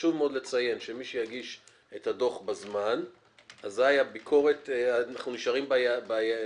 חשוב מאוד לציין שמי שיגיש את הדוח בזמן אזי אנחנו נשארים בתאריכים.